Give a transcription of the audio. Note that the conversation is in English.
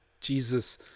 Jesus